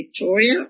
Victoria